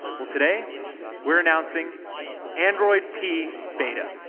well, today we're announcing android p beta.